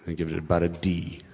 and give it it about a d,